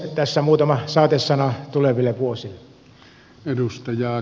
tässä muutama saatesana tuleville vuosille